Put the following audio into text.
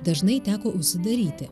dažnai teko užsidaryti